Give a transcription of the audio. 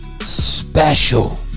special